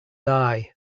die